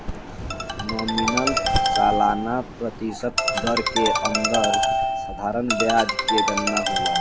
nominal सालाना प्रतिशत दर के अंदर साधारण ब्याज के गनना होला